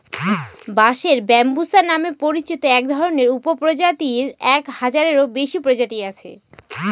বাঁশের ব্যম্বুসা নামে পরিচিত একধরনের উপপ্রজাতির এক হাজারেরও বেশি প্রজাতি আছে